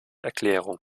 erklärung